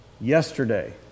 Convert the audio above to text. yesterday